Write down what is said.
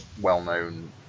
well-known